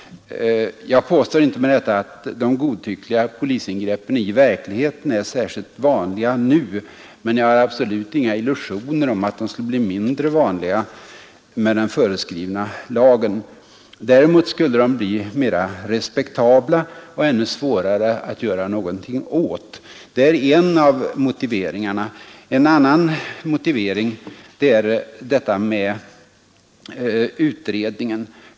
Jag påstår inte med detta att de godtyckliga polisingripandena i verkligheten är särskilt vanliga nu, men jag har absolut inga illusioner om att de skulle bli mindre vanliga med den föreskrivna lagen. Däremot skulle de bli mera respektabla och ännu svårare att göra någonting åt. Det är en av motiveringarna. En annan motivering är detta med utredningen.